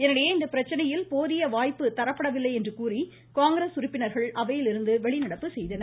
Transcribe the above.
இதனிடையே இப்பிரச்சனையில் போதிய வாய்ப்பு தரப்படவில்லை என்று கூறி காங்கிரஸ் உறுப்பினர்கள் அவையிலிருந்து வெளிநடப்பு செய்தனர்